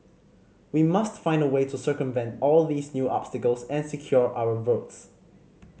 we must find a way to circumvent all these new obstacles and secure our votes